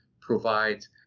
provides